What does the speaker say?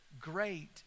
Great